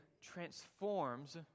transforms